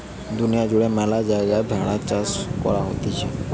দুনিয়া জুড়ে ম্যালা জায়গায় ভেড়ার চাষ করা হতিছে